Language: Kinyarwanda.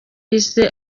yise